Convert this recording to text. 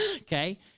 okay